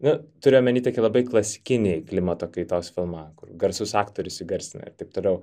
nu turiu omeny tokį labai klasikinį klimato kaitos filmą kur garsus aktorius įgarsina ir taip toliau